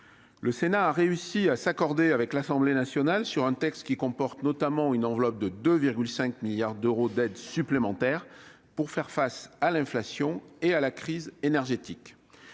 le Sénat a réussi à s'accorder avec l'Assemblée nationale sur un texte qui comporte notamment une enveloppe de 2,5 milliards d'euros d'aides supplémentaires pour faire face à l'inflation et à la crise énergétique.